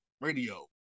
radio